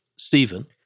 Stephen